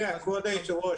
רגע, כבוד היושב-ראש.